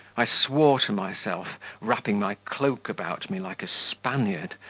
i swore to myself, wrapping my cloak about me like a spaniard,